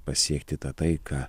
pasiekti tą taiką